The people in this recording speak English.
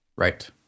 Right